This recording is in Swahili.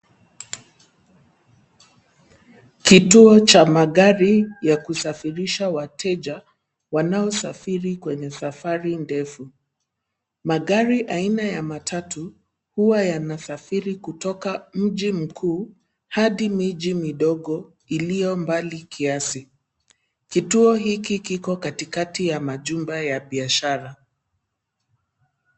Kituo cha magari ya kusafirisha wateja wanaosafiri kwenye safari ndefu. Magari aina ya matatu huwa yanasafiri kutoka mji mkuu adi miji midogo iliyo mbali kiasi. Kituo hiki kiko katikati ya majumba ya biashara.